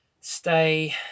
stay